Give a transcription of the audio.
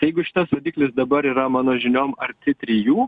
tai jeigu šitas rodiklis dabar yra mano žiniom arti trijų